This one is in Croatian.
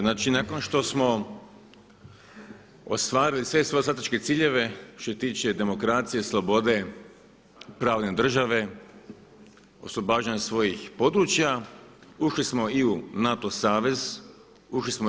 Znači, nakon što smo ostvarili sve svoje strateške ciljeve što se tiče demokracije, slobode, pravne države, oslobađanje svojih područja ušli smo i u NATO savez, ušli smo u EU.